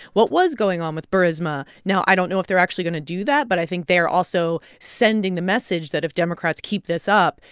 what was going on with burisma? now, i don't know if they're actually going to do that, but i think they're also sending the message that if democrats keep this up,